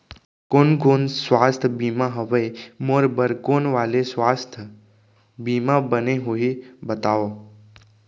कोन कोन स्वास्थ्य बीमा हवे, मोर बर कोन वाले स्वास्थ बीमा बने होही बताव?